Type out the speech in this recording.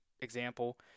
example